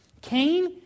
Cain